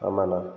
ஆமாண்ணா